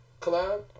collab